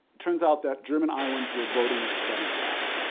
turns out that german iowans were voting democrat.